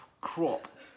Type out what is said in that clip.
crop